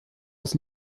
das